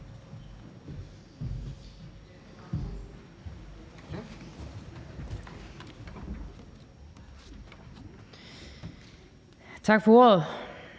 Tak for ordet.